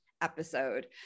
episode